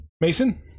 Mason